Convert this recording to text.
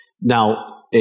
Now